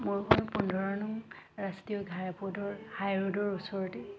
মোৰখন পোন্ধৰ নং ৰাষ্ট্ৰীয় ঘাইপথৰ হাই ৰোডৰ ওচৰতে